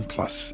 Plus